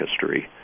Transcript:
history